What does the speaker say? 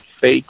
fake